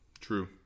True